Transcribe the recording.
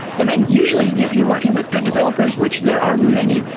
and then usually, if you're working with good developers, which there are many,